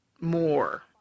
more